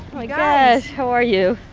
my gosh how are you?